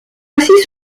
ainsi